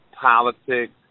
politics